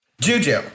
Juju